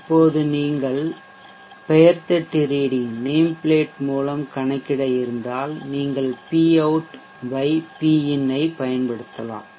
இப்போது நீங்கள் பெயர்த்தட்டு ரீடிங்நேம் பிளேட் மூலம் கணக்கிட இருந்தால் நீங்கள் Pout Pin ஐப் பயன்படுத்தலலாம்